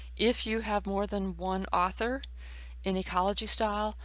if you have more than one author in ecology style,